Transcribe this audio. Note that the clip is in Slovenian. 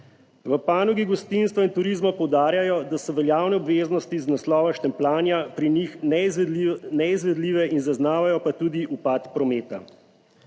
V panogi gostinstva in turizma poudarjajo, da so veljavne obveznosti iz naslova štempljanja pri njih neizvedljive in zaznavajo pa tudi upad prometa.